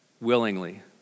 willingly